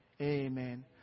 Amen